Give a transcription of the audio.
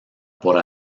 por